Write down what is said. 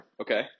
Okay